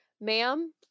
ma'am